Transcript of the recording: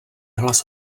hlas